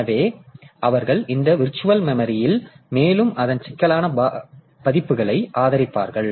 எனவே அவர்கள் இந்த விர்ச்சுவல் மெமரி மேலும் அதன் சிக்கலான பதிப்புகளை ஆதரிப்பார்கள்